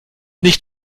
nicht